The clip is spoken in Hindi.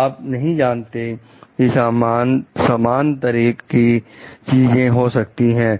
आप नहीं जानते हैं की समान तरह की चीज हो सकती है